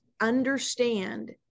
understand